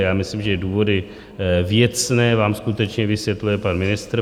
Já myslím, že důvody věcné vám skutečně vysvětluje pan ministr.